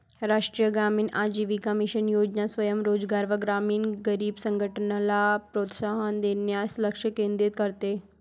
राष्ट्रीय ग्रामीण आजीविका मिशन योजना स्वयं रोजगार व ग्रामीण गरीब संघटनला प्रोत्साहन देण्यास लक्ष केंद्रित करते